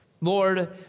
Lord